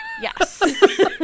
yes